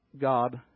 God